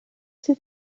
see